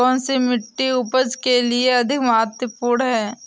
कौन सी मिट्टी उपज के लिए अधिक महत्वपूर्ण है?